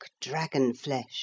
dragon-flesh